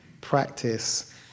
practice